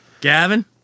Gavin